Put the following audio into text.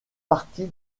partie